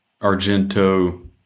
Argento